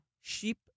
Sheep